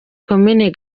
komini